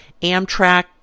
Amtrak